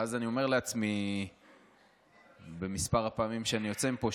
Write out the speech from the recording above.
ואז אני אומר לעצמי במספר הפעמים שאני יוצא מפה,